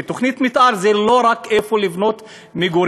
כי תוכנית מתאר זה לא רק איפה לבנות מגורים.